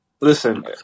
Listen